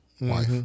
wife